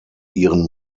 ihren